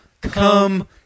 come